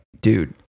dude